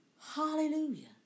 Hallelujah